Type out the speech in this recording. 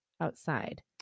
outside